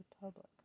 public